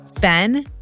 Ben